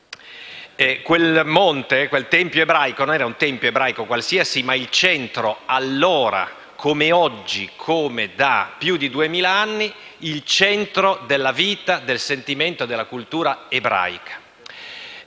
anni dopo. Quel tempio ebraico non era un tempio ebraico qualsiasi, ma il centro, allora come oggi, come da più di duemila anni, della vita, del sentimento e della cultura ebraica.